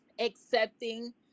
accepting